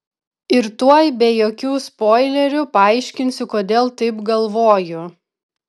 ir tuoj be jokių spoilerių paaiškinsiu kodėl taip galvoju